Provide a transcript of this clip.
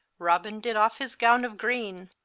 robin did off his gowne of greene,